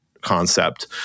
concept